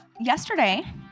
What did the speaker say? yesterday